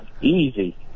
Easy